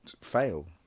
fail